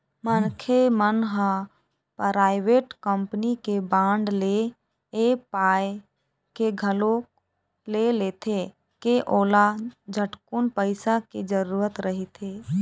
मनखे मन ह पराइवेट कंपनी के बांड ल ऐ पाय के घलोक ले लेथे के ओला झटकुन पइसा के जरूरत रहिथे